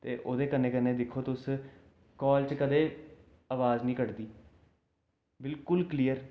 ते ओह्दे कन्नै कन्नै दिक्खो तुस काल च कदें अवाज निं कटदी बिल्कुल कलियर